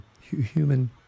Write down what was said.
human